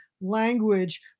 language